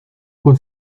con